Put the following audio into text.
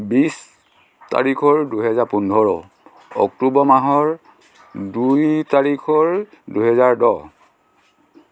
বিশ তাৰিখৰ দুহেজাৰ পোন্ধৰ অক্টোবৰ মাহৰ দুই তাৰিখৰ দুহেজাৰ দহ